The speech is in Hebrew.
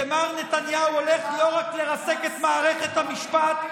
כי מה נתניהו הולך לרסק לא רק את מערכת המשפט,